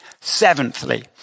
Seventhly